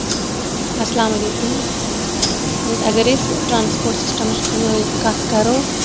اَسلام علیکُم اَگر أسۍ ٹرانَسپوٹ سِسٹَمٕچ کَتھ کَرو